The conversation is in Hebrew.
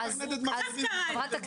היא מתכנתת מחשבים שאת רוצה שהיא תסתכל